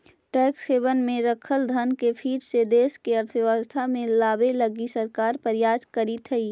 tax haven में रखल धन के फिर से देश के अर्थव्यवस्था में लावे लगी सरकार प्रयास करीतऽ हई